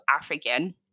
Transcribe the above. African